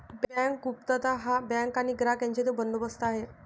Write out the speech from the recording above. bank गुप्तता हा bank आणि ग्राहक यांच्यातील बंदोबस्त आहे